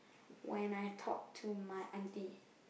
when I talked to my auntie